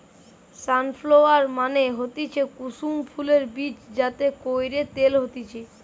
sunflower মানে হতিছে কুসুম ফুলের বীজ যাতে কইরে তেল হতিছে